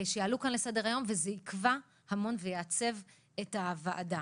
שיעלו כאן לסדר היום וזה יקבע המון ויעצב את הוועדה.